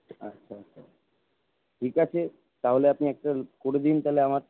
আচ্ছা আচ্ছা ঠিক আছে তাহলে আপনি একটা করে দিন তাহলে আমার